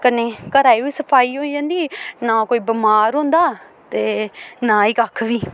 कन्नै घरै दी बी सफाई होई जंदी ना कोई बमार होंदा ते ना एह् कक्ख बी